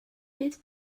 fydd